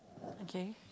okay